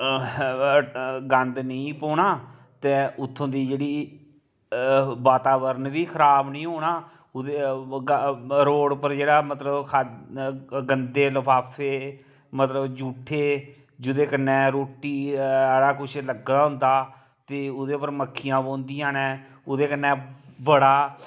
गंद निं पौना ते उत्थूं दी जेह्ड़ी वातावरण बी खराब निं होना रोड पर जेह्ड़ा मतलब गंदे लफाफे मतलब जूठे जेह्दे कन्नै रोटी आह्ला कुछ लग्गे दा होंदा ते ओह्दे पर मक्खियां बौहंदियां नै ओह्दे कन्नै बड़ा